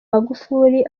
magufuli